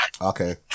Okay